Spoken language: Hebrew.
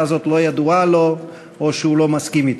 הזאת לא ידועה לו או שהוא לא מסכים אתה?